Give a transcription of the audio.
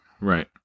Right